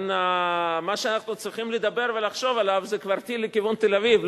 מה שאנחנו צריכים לדבר ולחשוב עליו זה כבר טיל לכיוון תל-אביב,